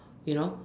you know